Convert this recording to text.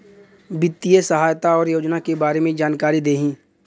वित्तीय सहायता और योजना के बारे में जानकारी देही?